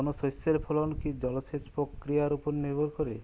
কোনো শস্যের ফলন কি জলসেচ প্রক্রিয়ার ওপর নির্ভর করে?